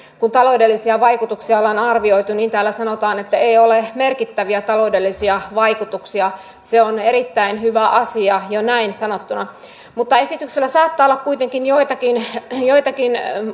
kun taloudellisia vaikutuksia ollaan arvioitu että täällä sanotaan että ei ole merkittäviä taloudellisia vaikutuksia se on erittäin hyvä asia jo näin sanottuna mutta esityksellä saattaa olla kuitenkin joitakin joitakin